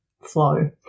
flow